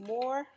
More